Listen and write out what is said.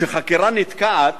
כשחקירה נתקעת